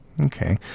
okay